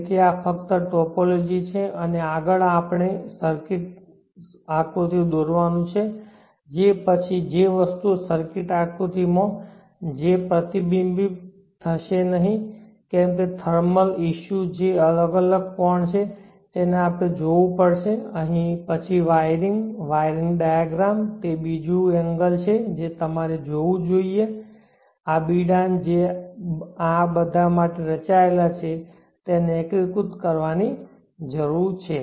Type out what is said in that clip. તેથી આ ફક્ત ટોપોલોજી છે અને આગળ આપણે સર્કિટ આકૃતિ દોરવાનું છે તે પછી જે વસ્તુઓ સર્કિટ આકૃતિ માં જે પ્રતિબિંબિત થશે નહીં જેમ કે થર્મલ ઇશ્યુઝ જે એક અલગ કોણ છે જેને આપણે જોવું પડશે પછી વાયરિંગ વાયરિંગ ડાયાગ્રામ તે બીજું એંગલ છે જે તમારે જોવું જોઈએ આ બિડાણ જે આ બધા માટે રચાયેલ છે તેને એકીકૃત કરવાની જરૂર છે